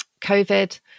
COVID